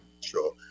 sure